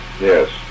Yes